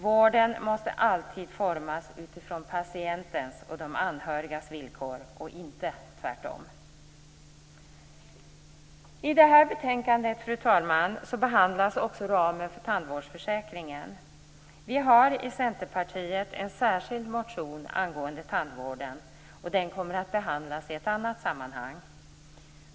Vården måste alltid formas utifrån patientens och de anhörigas villkor och inte tvärtom. I detta betänkande, fru talman, behandlas också ramen för tandvårdsförsäkringen. Vi har i Centerpartiet en särskild motion angående tandvården som kommer att behandlas i ett annat sammanhang.